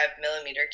millimeter